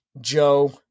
Joe